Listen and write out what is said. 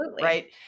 right